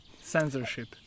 Censorship